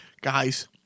guys